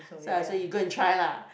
so I say you go and try lah